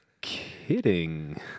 kidding